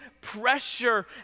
pressure